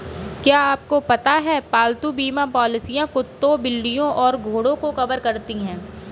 क्या आपको पता है पालतू बीमा पॉलिसियां कुत्तों, बिल्लियों और घोड़ों को कवर करती हैं?